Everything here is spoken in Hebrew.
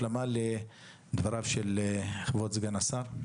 השלמה לדבריו של כבוד סגן השר,